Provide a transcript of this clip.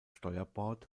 steuerbord